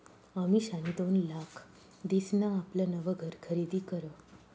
अमिषानी दोन लाख दिसन आपलं नवं घर खरीदी करं